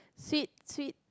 sweet sweet